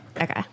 Okay